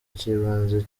cy’ibanze